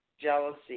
jealousy